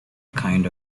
kind